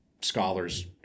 scholars